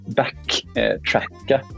backtracka